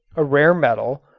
a rare metal,